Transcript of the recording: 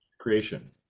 creation